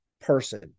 person